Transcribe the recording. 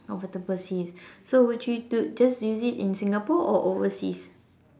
comfortable seats so would you just use it Singapore or overseas